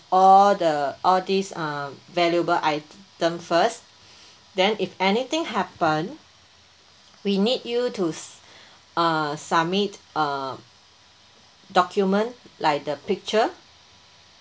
all the all these uh valuable item first then if anything happen we need you to uh submit a document like the picture